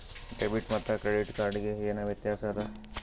Debit ಮತ್ತ credit card ಗೆ ಏನ ವ್ಯತ್ಯಾಸ ಆದ?